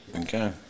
Okay